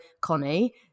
Connie –